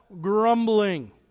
Grumbling